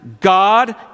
God